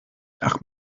ach